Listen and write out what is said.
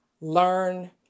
learn